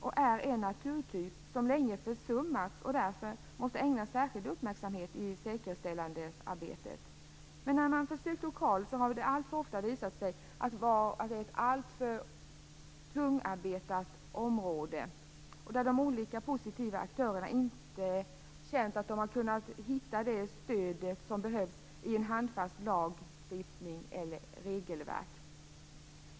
Det är en naturtyp som länge har försummats och därför måste ägnas särskild uppmärksamhet i säkerställandearbetet. Men när man lokalt har försökt har det alltför ofta visat sig vara ett alltför tungarbetat område där de olika aktörerna inte har känt att de har kunnat få det stöd som behövs i en handfast lagstiftning eller ett regelverk.